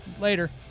Later